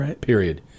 period